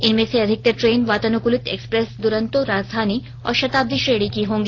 इनमें से अधिकतर ट्रेन वातानुकुलित एक्सप्रेस दुरंतो राजधानी और शताब्दी श्रेणी की होंगी